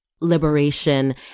liberation